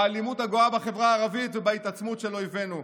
באלימות הגואה בחברה הערבית ובהתעצמות של אויבינו.